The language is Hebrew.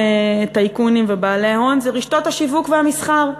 טייקונים ובעלי הון זה רשתות השיווק והמסחר.